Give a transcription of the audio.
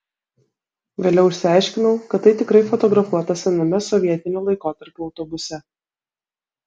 vėliau išsiaiškinau kad tai tikrai fotografuota sename sovietinio laikotarpio autobuse